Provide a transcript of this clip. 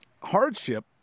hardship